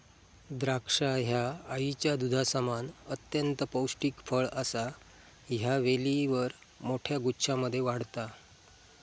द्राक्षा ह्या आईच्या दुधासमान अत्यंत पौष्टिक फळ असा ह्या वेलीवर मोठ्या गुच्छांमध्ये वाढता